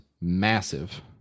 massive